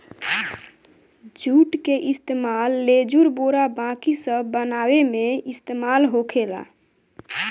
जुट के इस्तेमाल लेजुर, बोरा बाकी सब बनावे मे इस्तेमाल होखेला